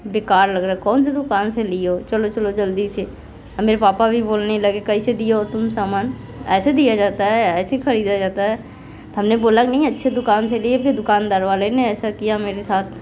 बेकार लग रहा है कौन सी दुकान से लिए हो चलो चलो जल्दी से मेरे पापा भी बोलने लगे कैसे दिए हो तुम सामान ऐसे दिया जाता है ऐसे खरीदा जाता है हमने बोला नहीं अच्छे दुकान से लिए दुकानदार वाले ऐसा किया मेरे साथ